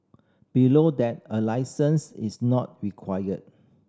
below that a licence is not required